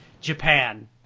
Japan